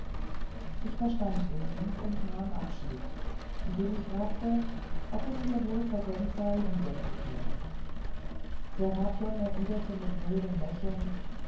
ich verstand den wink und nahm abschied indem ich fragte ob es mir wohl vergönnt sei wieder einzukehren serapion erwiderte mit mildem lächeln